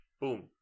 Boom